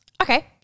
Okay